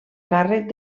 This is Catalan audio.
càrrec